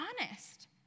honest